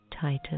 title